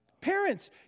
Parents